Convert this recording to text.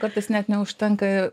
kartais net neužtenka